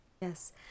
yes